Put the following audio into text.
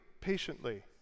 patiently